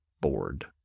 bored